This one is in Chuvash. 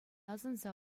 асӑнса